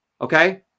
Okay